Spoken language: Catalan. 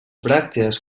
bràctees